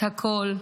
את הכול,